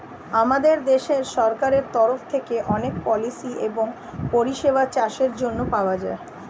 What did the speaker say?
আমাদের দেশের সরকারের তরফ থেকে অনেক পলিসি এবং পরিষেবা চাষের জন্যে পাওয়া যায়